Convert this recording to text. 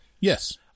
Yes